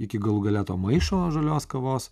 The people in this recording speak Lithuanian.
iki galų gale to maišo žalios kavos